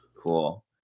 Cool